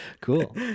cool